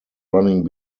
running